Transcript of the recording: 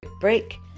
break